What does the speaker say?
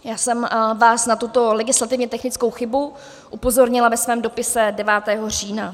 Já jsem vás na tuto legislativně technickou chybu upozornila ve svém dopise 9. října.